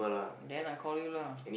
then I call you lah